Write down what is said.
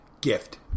gift